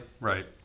Right